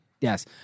yes